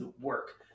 work